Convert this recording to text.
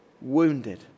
wounded